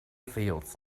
fields